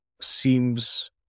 seems